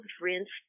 rinsed